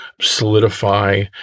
solidify